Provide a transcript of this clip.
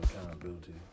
accountability